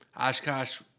oshkosh